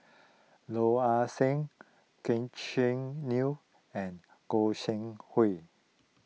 Yeo Ah Seng Gretchen new and Goi Seng Hui